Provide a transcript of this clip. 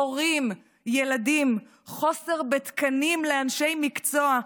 הורים, ילדים, חוסר בתקנים לאנשי מקצוע,